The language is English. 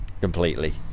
completely